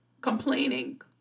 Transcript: complaining